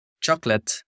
chocolate